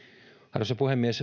arvoisa puhemies